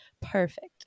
perfect